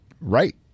right